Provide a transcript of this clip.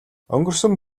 өнгөрсөн